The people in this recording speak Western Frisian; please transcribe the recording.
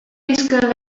minsken